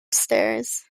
stairs